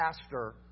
pastor